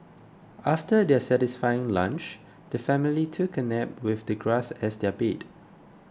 after their satisfying lunch the family took a nap with the grass as their bed